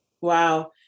Wow